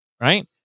Right